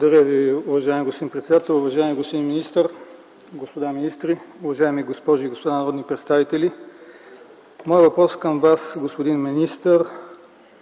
Благодаря Ви. Уважаеми господин председател, уважаеми господин министър, господа министри, уважаеми госпожи и господа народни представители! Моят въпрос към Вас, господин министър,